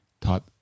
type